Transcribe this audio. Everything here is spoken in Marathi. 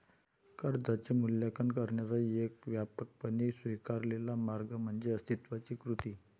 कर्जाचे मूल्यांकन करण्याचा एक व्यापकपणे स्वीकारलेला मार्ग म्हणजे अस्तित्वाची कृती